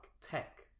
tech